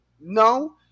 No